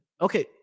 Okay